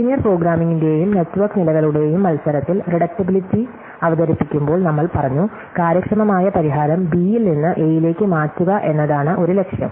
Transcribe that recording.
linear പ്രോഗ്രാമിംഗിന്റെയും network നിലകളുടെയും മത്സരത്തിൽ റിഡക്റ്റബിലിറ്റി അവതരിപ്പിക്കുമ്പോൾ നമ്മൾ പറഞ്ഞു കാര്യക്ഷമമായ പരിഹാരം ബിയിൽ നിന്ന് എയിലേക്ക് മാറ്റുക എന്നതാണ് ഒരു ലക്ഷ്യം